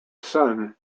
son